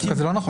זה לא נכון.